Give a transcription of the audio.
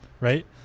Right